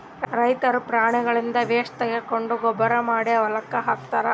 ರೈತರ್ ಪ್ರಾಣಿಗಳ್ದ್ ವೇಸ್ಟ್ ತಗೊಂಡ್ ಗೊಬ್ಬರ್ ಮಾಡಿ ಹೊಲಕ್ಕ್ ಹಾಕ್ತಾರ್